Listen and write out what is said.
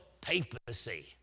PAPACY